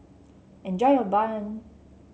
enjoy your bun